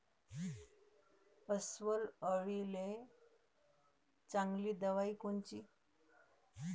अस्वल अळीले चांगली दवाई कोनची?